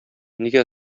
нигә